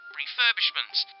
refurbishments